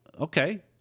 okay